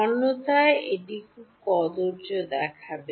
অন্যথায় এটি খুব কদর্য দেখাবে